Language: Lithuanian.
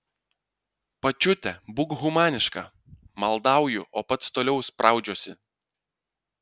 pačiute būk humaniška maldauju o pats toliau spraudžiuosi